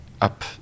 up